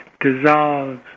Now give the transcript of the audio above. dissolves